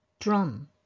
drum